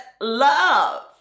love